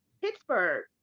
Pittsburgh